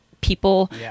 people